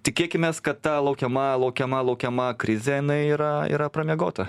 tikėkimės kad ta laukiama laukiama laukiama krizė jinai yra yra pramiegota